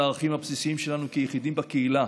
לערכים הבסיסיים שלנו כיחידים בקהילה".